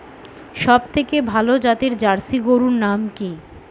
সবথেকে ভালো জাতের জার্সি গরুর নাম কি?